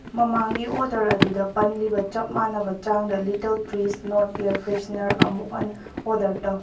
ꯃꯃꯥꯡꯒꯤ ꯑꯣꯗꯔ ꯑꯗꯨꯗ ꯄꯟꯂꯤꯕ ꯆꯞ ꯃꯥꯟꯅꯕ ꯆꯥꯡꯗ Little Trees north air freshener ꯑꯃꯨꯛ ꯍꯟꯅ ꯑꯣꯗꯔ ꯇꯧ